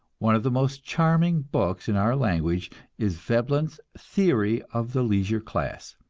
one of the most charming books in our language is veblen's theory of the leisure class,